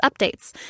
updates